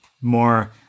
more